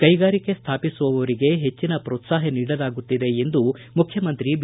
ಕೈಗಾರಿಕೆ ಸ್ಥಾಪಿಸುವವರಿಗೆ ಹೆಚ್ಚಿನ ಪ್ರೋತ್ತಾಹ ನೀಡಲಾಗುತ್ತಿದೆ ಎಂದು ಮುಖ್ಯಮಂತ್ರಿ ಬಿ